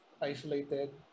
isolated